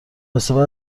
استفاده